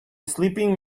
sleeping